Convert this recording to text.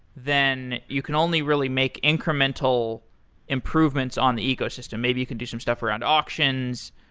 then you can only really make incremental improvements on the ecosystem. maybe you could do some stuff around auctions,